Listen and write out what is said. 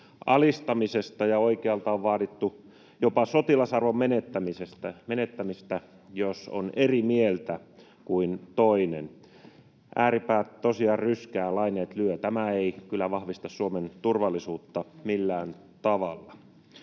alistamisesta ja oikealta on vaadittu jopa sotilasarvon menettämistä, jos on eri mieltä kuin toinen. Ääripäät tosiaan ryskäävät, laineet lyövät. Tämä ei kyllä vahvista Suomen turvallisuutta millään tavalla.